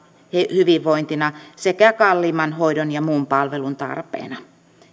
hyvinvointina sekä kalliimman hoidon ja muun palvelun tarpeena